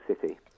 City